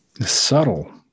Subtle